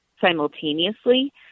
simultaneously